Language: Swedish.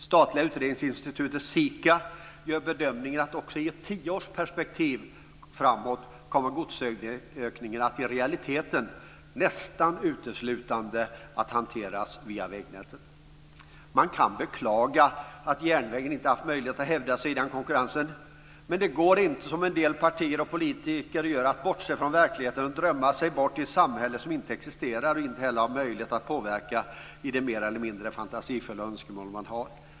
Statliga utredningsinstitutet SIKA gör bedömningen att godsökningen också i ett tioårsperspektiv framåt i realiteten nästan uteslutande kommer att hanteras via vägnätet. Man kan beklaga att järnvägen inte haft möjlighet att hävda sig i den konkurrensen. Men det går inte, som en del partier och politiker gör, att bortse från verkligheten och drömma sig bort i ett samhälle som inte existerar. Det är heller inte möjligt att påverka de mer eller mindre fantasifulla önskemål man har.